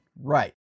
Right